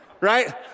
right